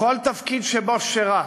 בכל תפקיד שבו שירת,